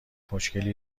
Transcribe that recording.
مشکلی